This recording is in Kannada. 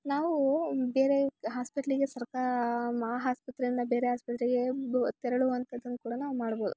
ನಾವು ಬೇರೆ ಹಾಸ್ಪಿಟ್ಲಿಗೆ ಸರ್ಕಾ ಮಹಾ ಆಸ್ಪತ್ರೆಯಿಂದ ಬೇರೆ ಆಸ್ಪತ್ರೆಗೆ ಬ್ ತೆರಳುವಂಥದ್ದನ್ನ ಕೂಡ ನಾವು ಮಾಡ್ಬೋದು